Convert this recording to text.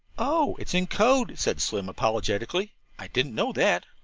oh, it's in code, said slim apologetically i didn't know that.